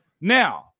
Now